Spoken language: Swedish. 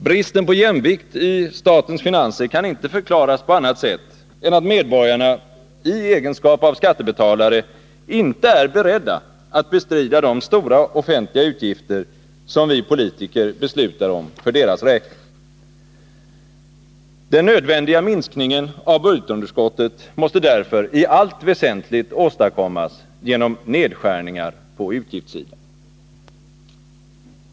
Bristen på jämvikt i statens finanser kan inte förklaras på annat sätt än att medborgarna i egenskap av skattebetalare inte är beredda att bestrida de stora offentliga utgifter som vi politiker beslutar om för deras räkning. Den nödvändiga minskningen av budgetunderskottet måste därför i allt väsentligt åstadkommas genom nedskärningar på utgiftssidan.